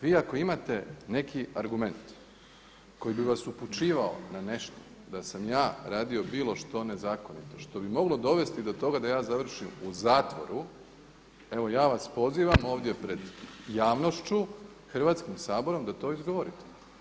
Vi ako imate neki argument koji bi vas upućivao na nešto da sam ja radio bilo što nezakonito što bi moglo dovesti do toga da ja završim u zatvoru, evo ja vas pozivam ovdje pred javnošću, Hrvatskim saborom da to izgovorite.